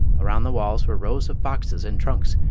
around the walls were rows of boxes and trunks,